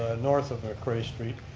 north of mcrae street.